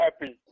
happy